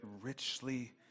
richly